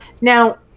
Now